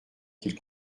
qu’il